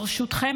ברשותכם,